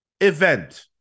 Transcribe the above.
event